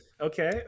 Okay